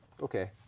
Okay